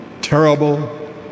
terrible